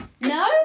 No